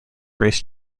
race